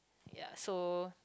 ya so